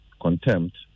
contempt